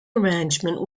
arrangement